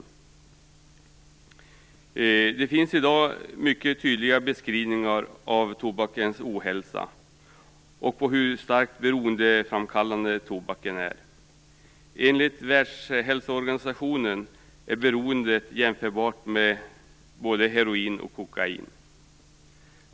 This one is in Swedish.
Det finns i dag mycket tydliga beskrivningar av tobakens ohälsosamhet och av hur starkt beroendeframkallande den är. Enligt Världshälsoorganisationen är beroendet jämförbart med beroendet av både heroin och kokain.